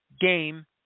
game